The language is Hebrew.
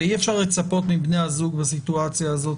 ואי אפשר לצפות מבני הזוג בסיטואציה הזאת